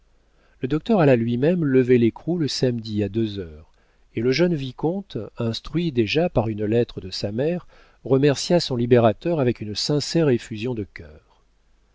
le docteur alla lui-même lever l'écrou le samedi à deux heures et le jeune vicomte instruit déjà par une lettre de sa mère remercia son libérateur avec une sincère effusion de cœur